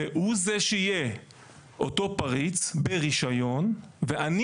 והוא זה שיהיה אותו פריץ ברישיון ואני